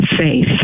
faith